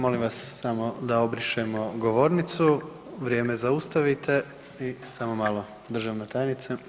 Molim vas samo da obrišemo govornicu, vrijeme zaustavite i samo malo državna tajnice.